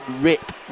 rip